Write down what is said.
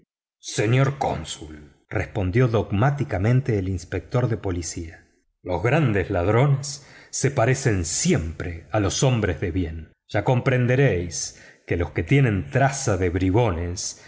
señor cónsul respondió dogmáticamente el inspector de policía los grandes ladrones se parecen siempre a los hombres de bien ya comprenderéis que los que tienen traza de bribones